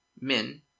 men